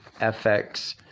FX